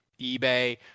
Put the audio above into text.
eBay